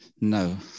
no